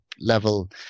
level